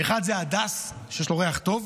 אחד זה הדס, שיש לו ריח טוב,